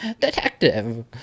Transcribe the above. detective